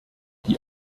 die